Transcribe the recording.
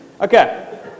Okay